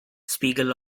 spiegel